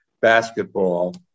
basketball